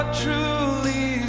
truly